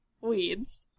weeds